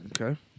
Okay